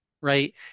right